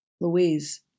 Louise